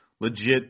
legit